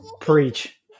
Preach